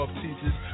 teachers